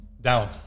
down